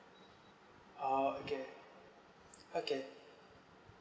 oh okay okay